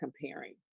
comparing